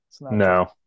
No